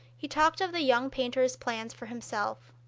he talked of the young painter's plans for himself.